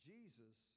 Jesus